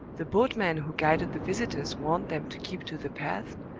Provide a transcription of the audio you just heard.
the boatmen who guided the visitors warned them to keep to the path,